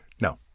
No